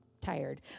tired